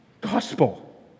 gospel